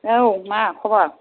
औ मा खबार